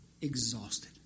exhausted